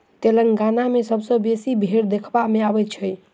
तेलंगाना मे सबसँ बेसी भेंड़ देखबा मे अबैत अछि